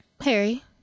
Harry